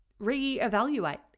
reevaluate